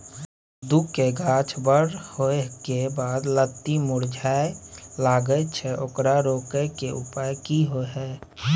कद्दू के गाछ बर होय के बाद लत्ती मुरझाय लागे छै ओकरा रोके के उपाय कि होय है?